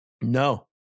no